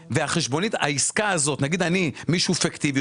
נגיד מישהו פיקטיבי,